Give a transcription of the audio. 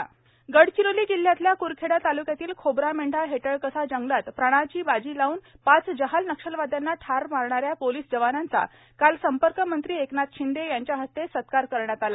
police जवान सत्कार गडचिरोली जिल्ह्यातल्या कुरखेडा तालुक्यातील खोब्रामेंढा हेटळकसा जंगलात प्राणाची बाजी लावून पाच जहाल नक्षलवाद्यांना ठार मारणाऱ्या पोलीस जवानांचा काल संपर्कमंत्री एकनाथ शिंदे यांच्या हस्ते सत्कार करण्यात आला